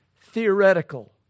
theoretical